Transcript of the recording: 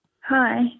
Hi